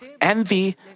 envy